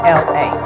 la